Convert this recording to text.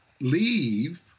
leave